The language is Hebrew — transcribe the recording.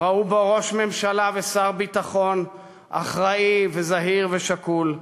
ראו בו ראש ממשלה ושר ביטחון אחראי, זהיר ושקול,